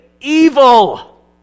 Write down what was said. evil